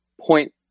point